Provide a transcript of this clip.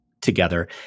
together